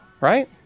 right